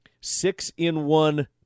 six-in-one